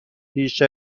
پیش